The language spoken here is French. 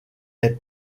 est